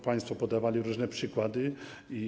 Państwo podawali różne przykłady.